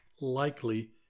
likely